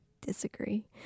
disagree